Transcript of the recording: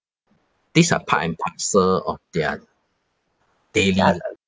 these are part and parcel of their daily